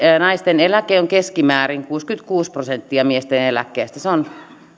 naisten eläke on keskimäärin kuusikymmentäkuusi prosenttia miesten eläkkeestä se on